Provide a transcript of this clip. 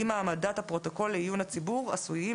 אם העמדת הפרוטוקול לעיון הציבור עשויים